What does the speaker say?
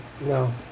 No